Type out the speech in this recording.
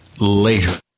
later